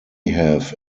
have